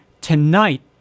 tonight